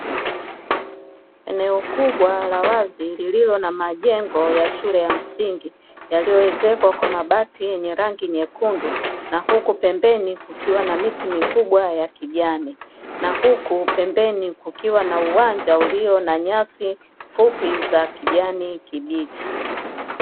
Eneo kubwa la wazi lililo na majengo ya shule ya msingi yaliyowezekwa kwa mabati yenye rangi nyekundu na huku pembeni kukiwa na miti mikubwa ya kijani, na huku pembeni kukiwa na uwanja ulio na nyasi fupi za kijani kibichi.